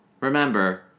remember